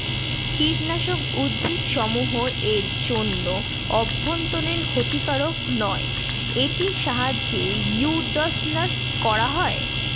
কীটনাশক উদ্ভিদসমূহ এর জন্য অভ্যন্তরীন ক্ষতিকারক নয় এটির সাহায্যে উইড্স নাস করা হয়